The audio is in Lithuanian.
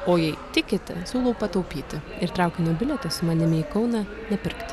o jei tikite siūlau pataupyti ir traukinio bilieto su manimi į kauną nepirkti